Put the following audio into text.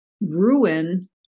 ruin